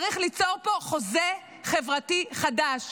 צריך ליצור פה חוזה חברתי חדש,